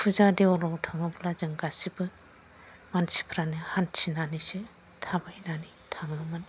फुजा देवोलाव थाङोब्ला जों गासैबो मानसिफ्रानो हान्थिनानैसो थाबायनानै थाङोमोन